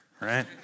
right